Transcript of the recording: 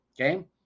Okay